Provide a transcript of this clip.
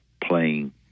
playing